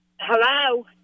Hello